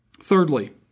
Thirdly